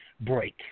break